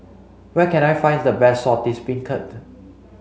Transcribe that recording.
where can I find the best Saltish Beancurd